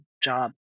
job